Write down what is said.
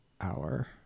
hour